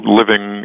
living